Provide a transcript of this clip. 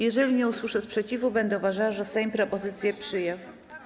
Jeżeli nie usłyszę sprzeciwu, będę uważała, że Sejm propozycję przyjął.